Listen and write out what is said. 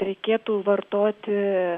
reikėtų vartoti